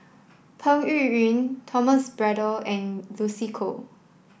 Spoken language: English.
Peng Yuyun Thomas Braddell and Lucy Koh